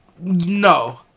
no